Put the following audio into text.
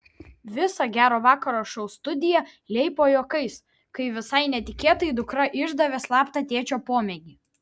visa gero vakaro šou studija leipo juokais kai visai netikėtai dukra išdavė slaptą tėčio pomėgį